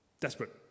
Desperate